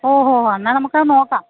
ഓ ഹോ ഹോ അന്നാ നമുക്കതു നോക്കാം